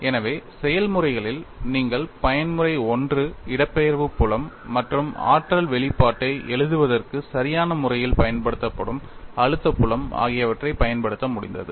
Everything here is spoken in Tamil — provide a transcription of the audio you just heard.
எனவே செயல்முறைகளில் நீங்கள் பயன்முறை 1 இடப்பெயர்ச்சி புலம் மற்றும் ஆற்றல் வெளிப்பாட்டை எழுதுவதற்கு சரியான முறையில் பயன்படுத்தப்படும் அழுத்த புலம் ஆகியவற்றைப் பயன்படுத்த முடிந்தது